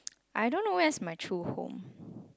I don't know where's my true home